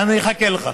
אני אחכה לך.